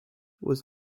was